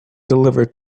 delivered